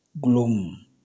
gloom